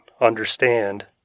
understand